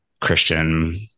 christian